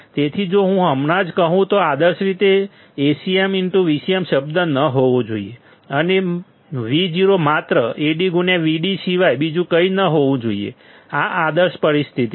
તેથી જો હું હમણાં જ કહું તો આદર્શ રીતે AcmVcm શબ્દ ન હોવો જોઈએ અને Vo માત્ર AdVd સિવાય બીજું કંઈ ન હોવું જોઈએ આ આદર્શ પરિસ્થિતિ છે